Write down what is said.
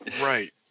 right